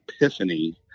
epiphany